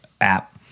app